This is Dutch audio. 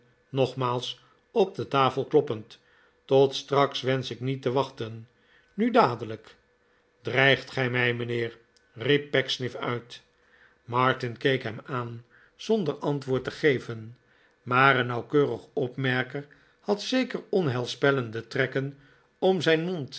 op de tafel kloppend tot straks wensch ik niet te wachten nu dadelijk dreigt gij mij mijnheer riep pecksniff uit martin keek hem aan zonder antwoord te geven maar een nauwkeurig opmerker had zeker onheilspellende trekken om zijn mond